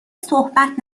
صحبت